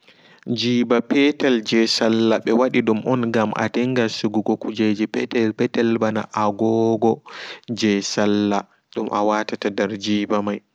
Jiiɓa petel jei salla ɓewadi dum on gam adinga sigugo kujeji petel petel ɓana agogo jei salla dum awatta nder jiba may.